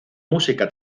música